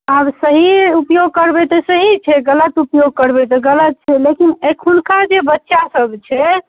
आब सही ऊपयोग करबै तऽ सही छै गलत ऊपयोग करबै तऽ गलत छै लेकिन एखुनका जे बच्चासब छै